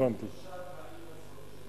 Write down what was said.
תאמין לי, אדוני השר, תשמע את תושבי ירושלים.